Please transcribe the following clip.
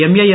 MAS